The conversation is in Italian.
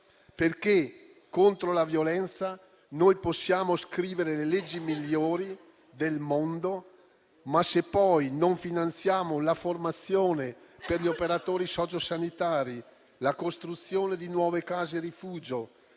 Contro la violenza, infatti, noi possiamo scrivere le leggi migliori del mondo, ma se poi non finanziamo la formazione degli operatori sociosanitari, la costruzione di nuove case rifugio,